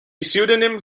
pseudonym